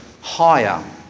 higher